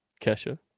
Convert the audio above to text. Kesha